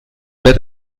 bett